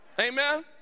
Amen